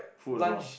food also ah